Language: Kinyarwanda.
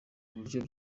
buryo